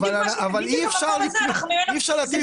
זה